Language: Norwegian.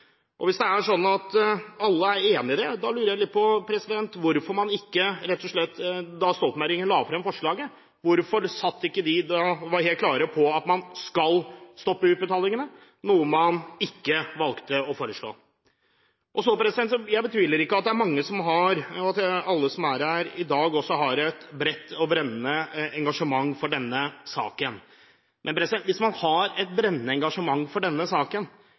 Hvis det er sånn at alle er enige i det, lurer jeg litt på hvorfor man ikke rett og slett, da Stoltenberg-regjeringen la frem forslaget, var helt klar på at man skal stoppe utbetalingene, noe man ikke valgte å foreslå. Jeg betviler ikke at det er mange – også her i dag – som har et bredt og brennende engasjement for denne saken. Men hvis man har et brennende engasjement for denne saken,